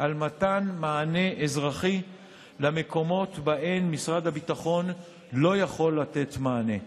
על מתן מענה אזרחי למקומות שבהם משרד הביטחון לא יכול לתת מענה.